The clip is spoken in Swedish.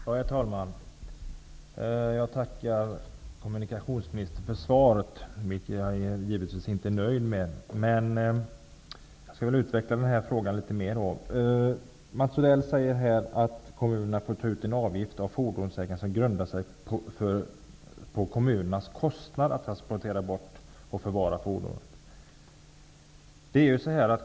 Herr talman! Jag tackar kommunikationsministern för svaret, vilket jag givetvis inte är nöjd med. Jag skall därför utveckla denna fråga litet mer. Mats Odell säger att kommunerna får ta ut en avgift av fordonsägarna som grundar sig på kommunernas kostnader för att transportera bort och förvara fordonen.